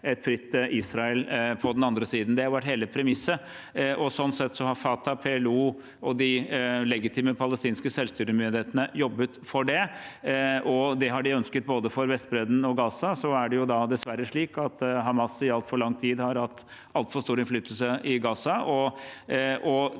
et fritt Israel på den andre siden. Det har vært hele premisset. Sånn sett har Fatah, PLO og de legitime palestinske selvstyremyndighetene jobbet for det, og det har de ønsket for både Vestbredden og Gaza. Så er det dessverre slik at Hamas i altfor lang tid har hatt altfor stor innflytelse i Gaza,